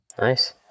Nice